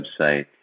website